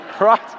right